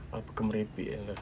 apa kau merepek ini lah